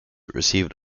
received